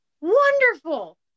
Wonderful